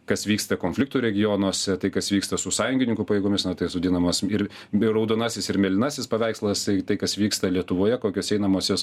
kas vyksta konfliktų regionuose tai kas vyksta su sąjungininkų pajėgomis tas vadinamas ir bei raudonasis ir mėlynasis paveikslas tai kas vyksta lietuvoje kokios einamosios